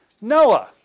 Noah